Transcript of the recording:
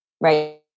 right